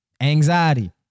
Anxiety